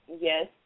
yes